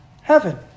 heaven